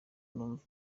numve